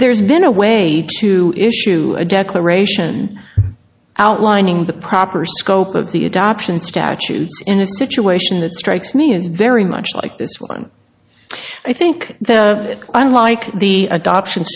there's been a way to issue a declaration outlining the proper scope of the adoption statutes in a situation that strikes me as very much like this one i think that unlike the adoption